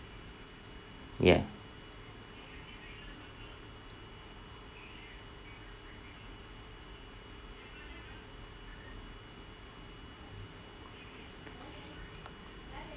ya